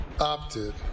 opted